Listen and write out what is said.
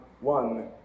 one